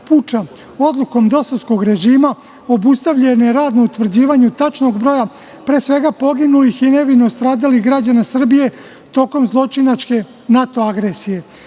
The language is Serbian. puča odlukom dosovskog režima obustavljen je rad na utvrđivanju tačnog broja, pre svega poginulih i nevino stradalih građana Srbije tokom zločinačke NATO agresije. Izgleda